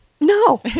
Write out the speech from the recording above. No